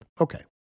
Okay